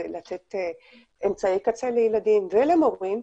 לתת אמצעי קצה לילדים ולמורים,